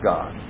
God